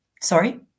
Sorry